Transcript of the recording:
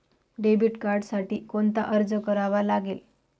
Debit कार्डसाठी कोणता अर्ज करावा लागेल?